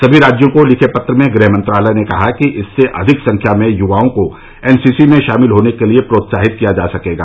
सभी राज्यों को लिखे पत्र में गृह मंत्रालय ने कहा कि इससे अधिक संख्या में युवाओं को एनसीसी में शामिल होने के लिए प्रोत्साहित किया जा सकेगा